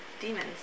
demons